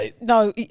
no